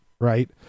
right